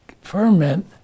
ferment